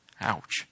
Ouch